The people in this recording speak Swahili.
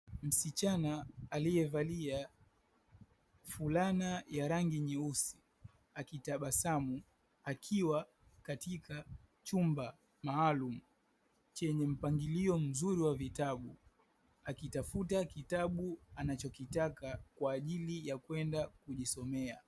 Msichana aliyevalia fulana ya rangi nyeusi akitabasamu akiwa katika chumba maalumu chenye mpangilio mzuri wa vitabu akitafuta kitabu anachokitaka kwa ajili ya kwenda kujisomea.